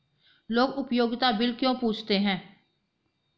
लोग उपयोगिता बिल क्यों पूछते हैं?